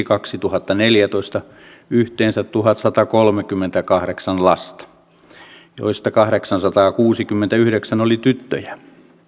kaksituhattaneljätoista yhteensä tuhatsatakolmekymmentäkahdeksan lasta joista kahdeksansataakuusikymmentäyhdeksän oli tyttöjä